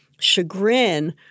chagrin